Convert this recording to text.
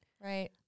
right